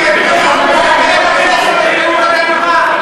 איך קנית את הדירה,